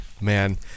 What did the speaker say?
man